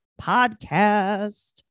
podcast